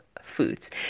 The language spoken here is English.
foods